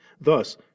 Thus